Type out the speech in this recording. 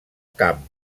camp